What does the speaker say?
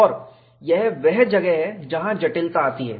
और यह वह जगह है जहां जटिलता आती है